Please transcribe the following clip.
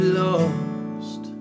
lost